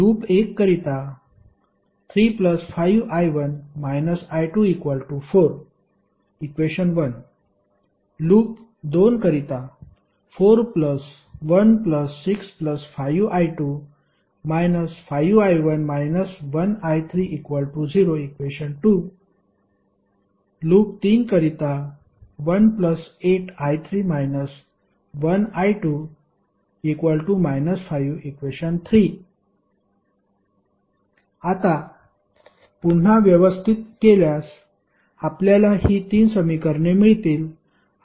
loop 1 करिता 3 5I1 − I2 4 loop 2 करिता 4 1 6 5I2 − I1 − I3 0 loop 3 करिता 1 8I3 − I2 −5 आता पुन्हा व्यवस्थित केल्यास आपल्याला ही 3 समीकरणे मिळतील